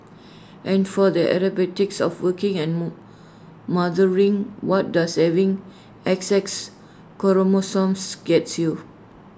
and for the acrobatics of working and mood mothering what does having X X chromosomes gets you